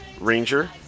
Ranger